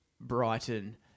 Brighton